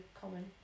common